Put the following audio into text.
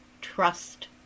trust